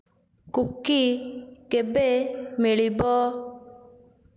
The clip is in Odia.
କୁକି କେବେ ମିଳିବ